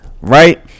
right